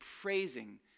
praising